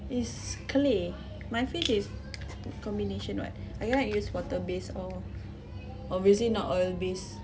it's clay my face is combination [what] I cannot use water based or obviously not oil based